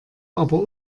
aber